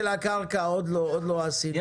עוד לא עסקנו בסוגיה של הקרקע.